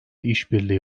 işbirliği